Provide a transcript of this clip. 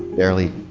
barely